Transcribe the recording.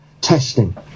testing